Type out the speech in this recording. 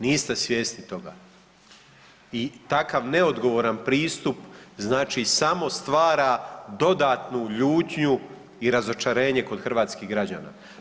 Niste svjesni toga i takav neodgovoran pristup znači samo stvara dodatnu ljutnju i razočarenje kod hrvatskih građana.